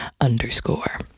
underscore